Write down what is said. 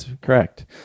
correct